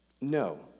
no